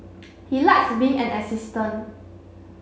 he likes being an assistant